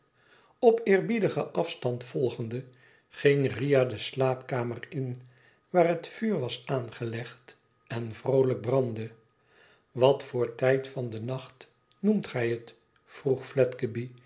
op eerbiedigen afstand volgende ging riah de slaapkamer in waar het vuur was aangelegd en vroolijk brandde wat voor tijd van den nacht noemt gij het vroeg